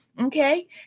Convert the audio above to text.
Okay